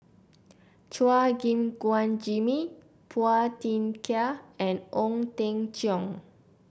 Chua Gim Guan Jimmy Phua Thin Kiay and Ong Teng Cheong